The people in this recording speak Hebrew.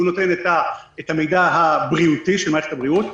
שהוא נותן את המידע הבריאותי של משרד הבריאות,